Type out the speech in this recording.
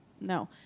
no